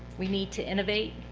we need to innovate,